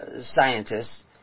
scientists